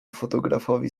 fotografowi